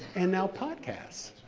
and now podcasts